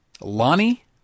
Lonnie